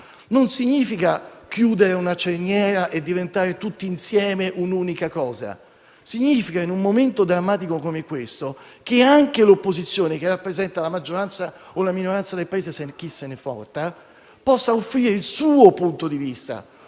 che si debba chiudere una cerniera e diventare tutti insieme un'unica cosa, ma che in un momento drammatico come questo anche l'opposizione, che rappresenta la maggioranza o la minoranza del Paese (chi se ne importa), possa offrire il suo punto di vista